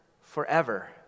forever